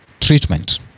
treatment